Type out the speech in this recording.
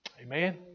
Amen